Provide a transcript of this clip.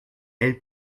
elle